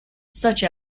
such